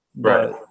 Right